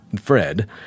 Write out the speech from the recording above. Fred